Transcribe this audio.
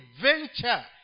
venture